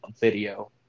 video